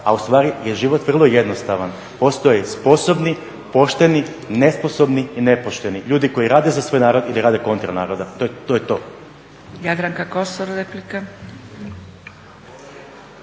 a ustvari je život vrlo jednostavan: postoje sposobni, pošteni, nesposobni i nepošteni, ljudi koji rade za svoj narod ili rade kontra naroda. To je to.